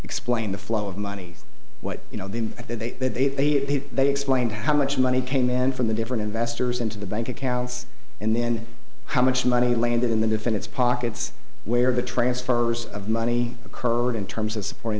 explain the flow of money what you know that they that they they explained how much money came in from the different investors into the bank accounts and then how much money landed in the defendant's pockets where the transfer of money occurred in terms of supporting